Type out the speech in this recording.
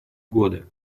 годы